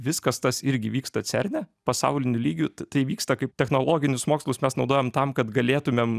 viskas tas irgi vyksta cerne pasauliniu lygiu tai vyksta kaip technologinius mokslus mes naudojam tam kad galėtumėm